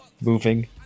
moving